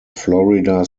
florida